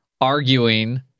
arguing